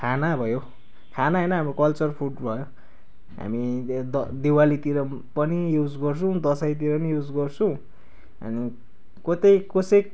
खाना भयो खाना होइन हाम्रो कल्चर फुड भयो हामी द दिवालीतिर पनि युज गर्छौँ दसैँतिर पनि युज गर्छौँ अनि कतै कसै